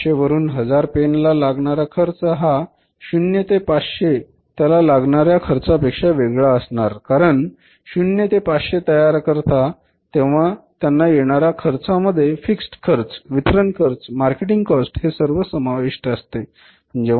500 वरून हजार पेन ला लागणारा खर्च हा 0 ते 500 त्याला लागणारा खर्चापेक्षा वेगळा असणार कारण 0 ते 500 तयार करता तेव्हा त्यांना येणारा खर्चामध्ये फिक्सड खर्च वितरण खर्च मार्केटिंग कॉस्ट हे सर्व समाविष्ट असते